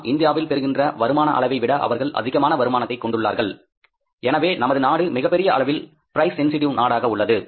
நாம் இந்தியாவில் பெறுகின்ற வருமான அளவை விட அவர்கள் அதிகமான வருமானத்தை கொண்டுள்ளார்கள் எனவே நமது நாடு மிகப்பெரிய அளவில் பிரைஸ் சென்சிடிவ் நாடாக உள்ளது